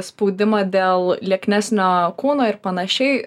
spaudimą dėl lieknesnio kūno ir panašiai